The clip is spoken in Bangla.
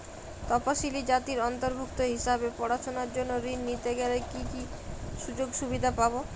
তফসিলি জাতির অন্তর্ভুক্ত হিসাবে পড়াশুনার জন্য ঋণ নিতে গেলে কী কী সুযোগ সুবিধে পাব?